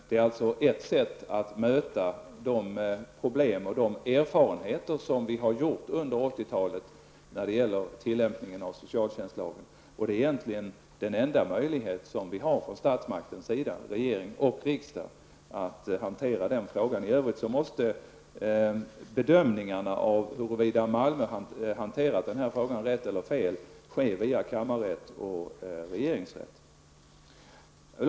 Detta är ett sätt att möta de problem och de erfarenheter vi har gjort under 80-talet vad gäller tillämpningen av socialtjänstlagen, och det är egentligen den enda möjlighet vi från statsmakternas sida -- från regering och riksdag -- har att hantera den här frågan. I övrigt måste bedömningarna av huruvida Malmö kommun har hanterat frågan rätt eller fel ske via kammarrätt och regeringsrätt.